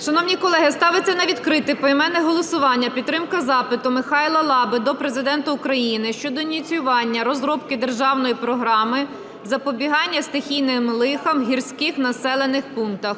Шановні колеги, ставиться на відкрите поіменне голосування підтримка запиту Михайла Лаби до Президента України щодо ініціювання розробки Державної програми "Запобігання стихійним лихам у гірських населених пунктах".